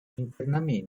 internamente